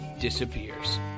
disappears